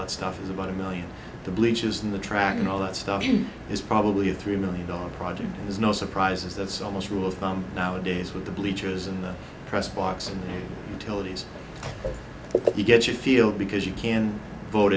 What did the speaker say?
that stuff is about a million the bleachers and the track and all that stuff is probably a three million dollar project there's no surprises that's almost rule of thumb nowadays with the bleachers in the press box and until it is you get your feel because you can